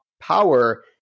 power